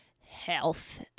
health